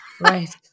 Right